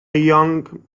young